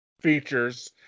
features